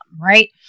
right